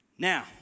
Now